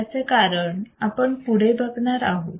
त्याचे कारण आपण पुढे बघणार आहोत